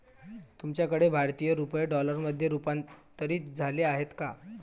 तुमच्याकडे भारतीय रुपये डॉलरमध्ये रूपांतरित झाले आहेत का?